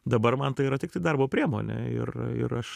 dabar man tai yra tiktai darbo priemonė ir ir aš